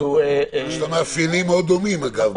זו --- יש לה מאפיינים מאוד דומים אגב,